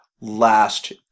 last